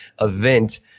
event